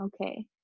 Okay